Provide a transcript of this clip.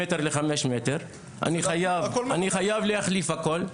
מטרים לחמישה מטרים אני חייב להחליף הכול,